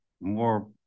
more